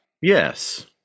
Yes